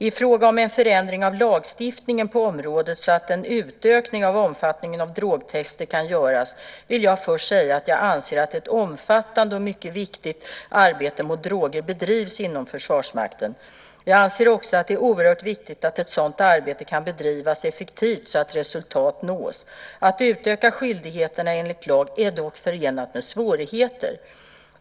I fråga om en förändring av lagstiftningen på området så att en utökning av omfattningen av drogtester kan göras vill jag först säga att jag anser att ett omfattade och mycket viktigt arbete mot droger bedrivs inom Försvarsmakten. Jag anser också att det är oerhört viktigt att ett sådant arbete kan bedrivas effektivt så att resultat nås. Att utöka skyldigheten enligt lag är dock förenat med svårigheter.